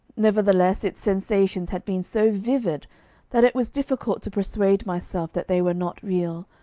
nevertheless its sensations had been so vivid that it was difficult to persuade myself that they were not real,